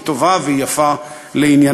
היא טובה והיא יפה לענייננו,